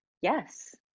yes